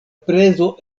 prezo